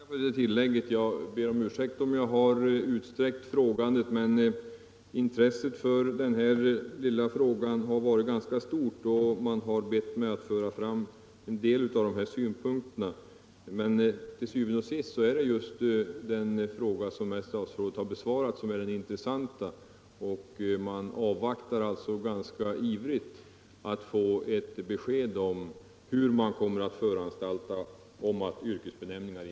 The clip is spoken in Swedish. Herr talman! Jag tackar för det tillägget. Jag ber om ursäkt om jag har utsträckt frågandet för långt. Det beror på att intresset för denna lilla sak varit stort, och man har bett mig att framföra dessa synpunkter. Men til syvende og sidst är det ändå den fråga som jag ställt till statsrådet och som statsrådet här har besvarat som är den intressanta. Man avvaktar nu ivrigt ett besked om hur departementet kommer att föranstalta om införande av yrkesbenämningar.